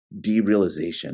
derealization